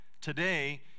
Today